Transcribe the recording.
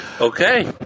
Okay